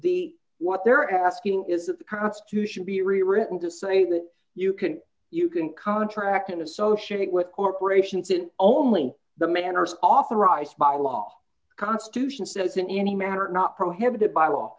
the what they're asking is that the constitution be rewritten to say that you can you can contract and associate with corporations in only the manners authorized by law the constitution says in any manner not prohibited by law